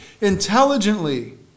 intelligently